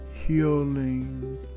healing